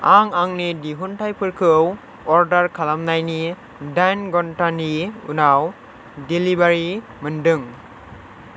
आं आंनि दिहुनथाइफोरखौ अर्डार खालामनायनि दाइन घन्टानि उनाव डेलिबारि मोन्दों